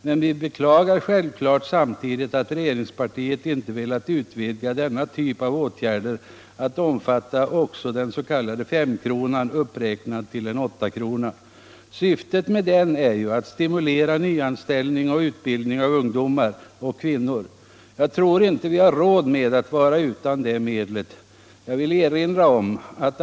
Men vi beklagar självfallet samtidigt att regeringspartiet inte velat utvidga denna typ av åtgärder till att omfatta också den s.k. femkronan, uppräknad till en åttakrona. Syftet därmed är ju att stimulera nyanställning och utbildning av ungdomar och kvinnor. Jag tror inte att vi har råd med att vara utan det medlet.